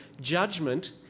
judgment